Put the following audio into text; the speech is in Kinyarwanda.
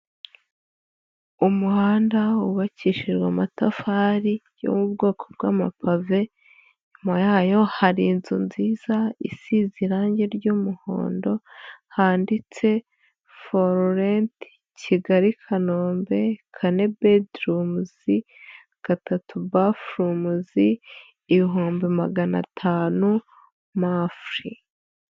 Umuhanda wubakishijwe amatafari yo mu bwoko bw'amapave, inyuma yayo hari inzu nziza isize irange ry umuhondo handitse foru renti kigali Kanombe, kane bedi rumuzi, gatatu bafu romuzi, ibihumbi magana atanu mafuri.